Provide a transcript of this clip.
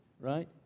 right